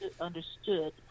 understood